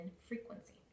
frequency